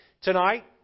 tonight